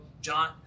John